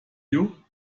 you